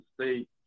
State